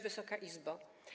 Wysoka Izbo!